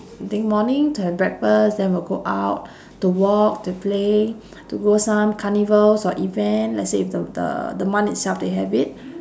I think morning to have breakfast then we'll go out to walk to play to go some carnivals or event let's say if the the month itself they have it